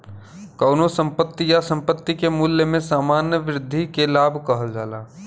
कउनो संपत्ति या संपत्ति के मूल्य में सामान्य वृद्धि के लाभ कहल जाला